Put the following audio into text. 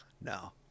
no